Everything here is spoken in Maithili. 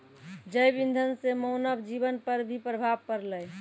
जैव इंधन से मानव जीबन पर भी प्रभाव पड़लै